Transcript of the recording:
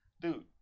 dude